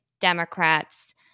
Democrats –